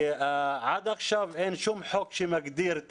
כי עד עכשיו אין שום חוק שמגדיר את